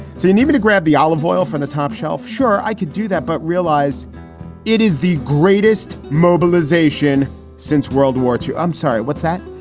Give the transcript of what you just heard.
so you need me to grab the olive oil from the top shelf? sure, i could do that, but realize it is the greatest mobilization since world war two. i'm sorry. what's that?